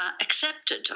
accepted